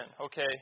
okay